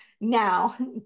now